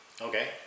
Okay